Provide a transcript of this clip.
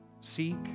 seek